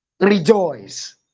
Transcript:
rejoice